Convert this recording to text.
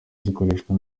zikoreshwa